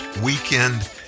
weekend